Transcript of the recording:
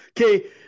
okay